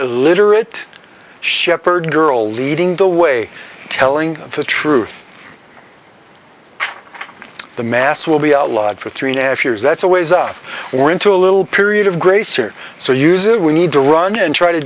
literate shepherd girl leading the way telling the truth the mass will be outlawed for three and a half years that's a ways up or into a little period of grace or so use it we need to run and try to